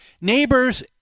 neighbors